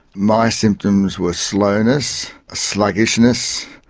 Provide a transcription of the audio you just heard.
my symptoms were slowness, sluggishness,